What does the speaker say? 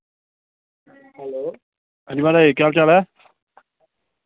आं जी म्हाराज केह् हाल चाल ऐ